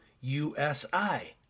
U-S-I